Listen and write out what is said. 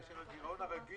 כאשר הגירעון הרגיל